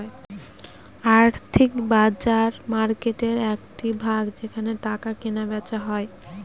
আর্থিক বাজার মার্কেটের একটি ভাগ যেখানে টাকা কেনা বেচা হয়